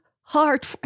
hard